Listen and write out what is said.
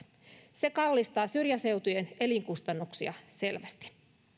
se kallistaa syrjäseutujen elinkustannuksia selvästi